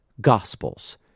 Gospels